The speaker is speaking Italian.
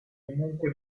comunque